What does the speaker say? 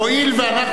אני לא ישנתי כל הלילה,